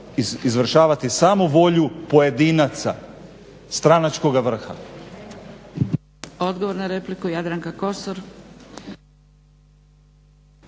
izvršavati samo volju pojedinaca stranačkoga vrha.